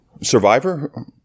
Survivor